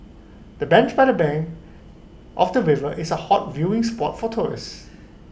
the bench by the bank of the river is A hot viewing spot for tourists